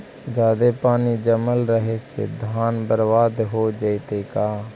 जादे पानी जमल रहे से धान बर्बाद हो जितै का?